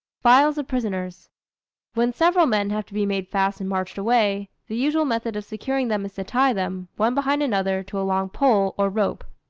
files of prisoners when several men have to be made fast and marched away, the usual method of securing them is to tie them, one behind another, to a long pole or rope.